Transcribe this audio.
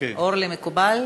אורלי, מקובל?